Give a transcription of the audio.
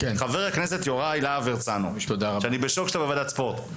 חבר הכנסת יוראי להב הרצנו שאני בשוק שאתה בוועדת ספורט.